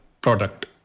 product